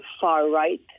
far-right